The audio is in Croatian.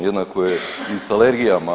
Jednako je i sa alergijama.